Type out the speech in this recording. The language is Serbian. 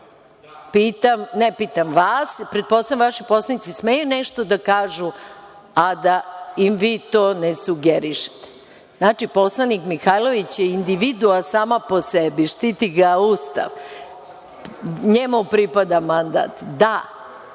pitam vas, pretpostavljam vaši poslanici smeju nešto da kažu, a da im vi to ne sugerišete. Znači, poslanik Mihajlović je individua sama po sebi štiti ga Ustav. Njemu pripada mandat. Da